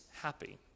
happy